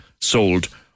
sold